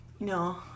No